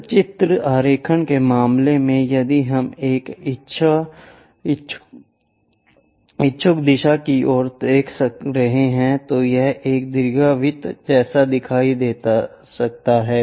सचित्र आरेखण के मामले में यदि हम एक इच्छुक दिशा की ओर देख रहे हैं तो यह एक दीर्घवृत्त जैसा दिखाई दे सकता है